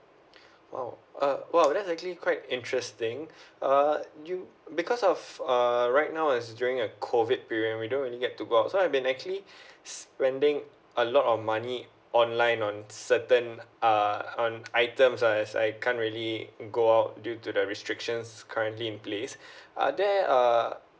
!wow! uh !wow! that's actually quite interesting uh you because of err right now is during a COVID period we don't really get to go outside so I've been actually spending a lot of money online on certain uh on items uh as I can't really go out due to the restrictions currently in place are there uh